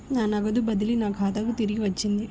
నా నగదు బదిలీ నా ఖాతాకు తిరిగి వచ్చింది